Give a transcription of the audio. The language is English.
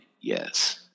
Yes